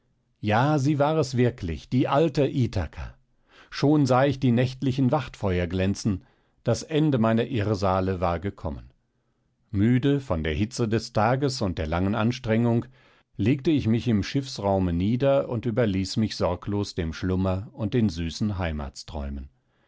ja sie war es wirklich die alte ithaka schon sah ich die nächtlichen wachtfeuer glänzen das ende meiner irrsale war gekommen müde von der hitze des tages und der langen anstrengung legte ich mich im schiffsräume nieder und überließ mich sorglos dem schlummer und den süßen heimatsträumen